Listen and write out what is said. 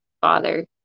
Father